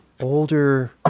older